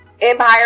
empire